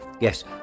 Yes